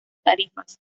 tarifas